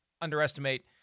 underestimate